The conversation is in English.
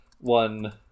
one